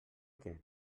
què